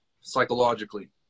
psychologically